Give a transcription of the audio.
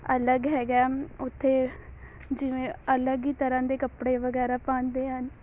ਅਲੱਗ ਹੈਗਾ ਹੈ ਉੱਥੇ ਜਿਵੇਂ ਅਲੱਗ ਹੀ ਤਰ੍ਹਾਂ ਦੇ ਕੱਪੜੇ ਵਗੈਰਾ ਪਾਉਂਦੇ ਹਨ